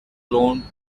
clone